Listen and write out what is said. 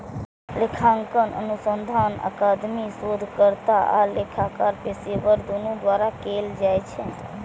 लेखांकन अनुसंधान अकादमिक शोधकर्ता आ लेखाकार पेशेवर, दुनू द्वारा कैल जाइ छै